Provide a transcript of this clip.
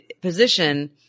position